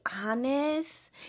honest